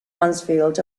mansfield